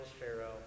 Pharaoh